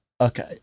Okay